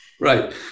Right